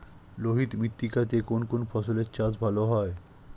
লোহিত মৃত্তিকা তে কোন কোন ফসলের চাষ ভালো হয়?